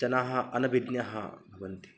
जनाः अनभिज्ञाः भवन्ति